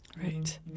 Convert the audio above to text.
Right